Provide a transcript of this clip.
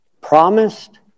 promised